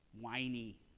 whiny